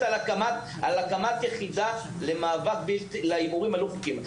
על הקמת יחידה למאבק בהימורים הלא חוקים.